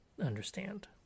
understand